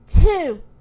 two